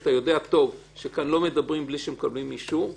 אתה יודע היטב שכאן לא מדברים בלי שמקבלים אישור ו-ג',